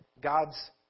God's